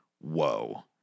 whoa